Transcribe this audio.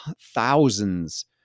thousands